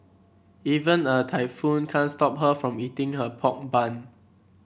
even a typhoon can't stop her from eating her pork bun